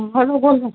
hello बोल गं